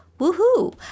Woo-hoo